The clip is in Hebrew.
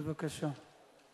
בבקשה.